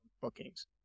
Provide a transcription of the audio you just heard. bookings